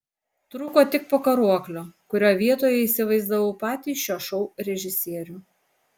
trūko tik pakaruoklio kurio vietoje įsivaizdavau patį šio šou režisierių